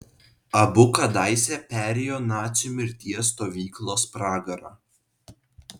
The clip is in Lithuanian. abu kadaise perėjo nacių mirties stovyklos pragarą